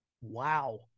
Wow